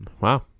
Wow